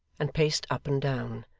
and paced up and down,